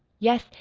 yes,